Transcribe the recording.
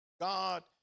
God